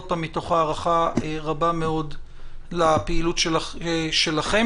ועוד פעם מתוך הערכה רבה מאוד לפעילות שלכם.